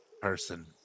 person